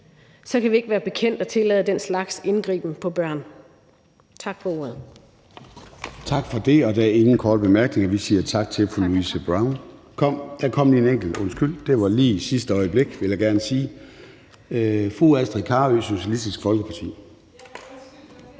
så kan vi ikke være bekendt at tillade den slags indgreb på børn. Tak for ordet. Kl. 21:02 Formanden (Søren Gade): Tak for det. Der er ingen korte bemærkninger. Vi siger tak til fru Louise Brown. Nej, der kom lige en enkelt kort bemærkning – det var lige i sidste øjeblik, vil jeg gerne sige. Fru Astrid Carøe, Socialistisk Folkeparti.